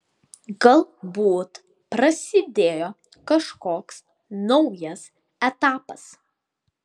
galbūt prasidėjo kažkoks naujas etapas